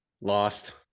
lost